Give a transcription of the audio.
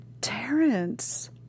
Terrence